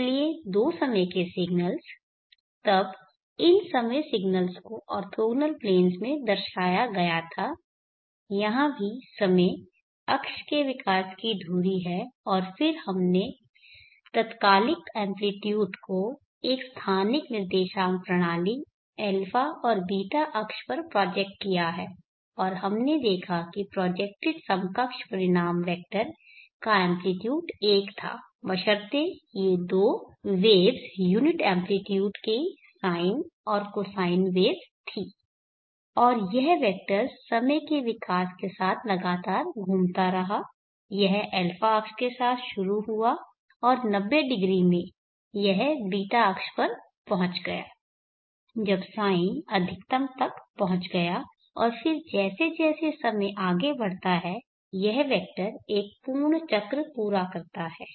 इसलिए दो समय के सिग्नल्स तब इन समय सिग्नल्स को ऑर्थोगोनल प्लेन्स में दर्शाया गया था यहाँ भी समय अक्ष के विकास की धुरी है और फिर हमने तात्कालिक एम्प्लीट्यूड को एक स्थानिक निर्देशांक प्रणाली α and β अक्ष पर प्रोजेक्ट किया है और हमने देखा कि प्रोजेक्टेड समकक्ष परिणाम वेक्टर का एम्प्लीट्यूड 1 था बशर्ते ये दो वेव्स यूनिट एम्प्लीट्यूड की साइन और कोसाइन वेव्स थीं और यह वेक्टर समय के विकास के साथ लगातार घूमता रहा यह α अक्ष के साथ शुरू हुआ और 900 में यह β अक्ष पर पहुंच गया जब साइन अधिकतम तक पहुंच गया और फिर जैसे जैसे समय आगे बढ़ता है यह वेक्टर एक पूर्ण चक्र पूरा करता है